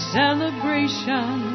celebration